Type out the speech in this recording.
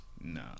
No